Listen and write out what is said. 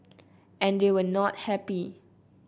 and they were not happy